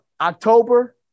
October